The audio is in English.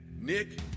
nick